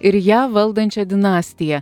ir ją valdančią dinastiją